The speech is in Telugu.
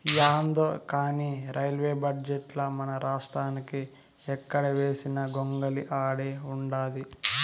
యాందో కానీ రైల్వే బడ్జెటుల మనరాష్ట్రానికి ఎక్కడ వేసిన గొంగలి ఆడే ఉండాది